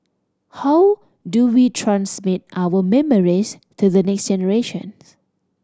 how do we transmit our memories to the next generation